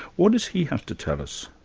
what does he have to tell us?